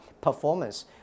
performance